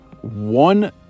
one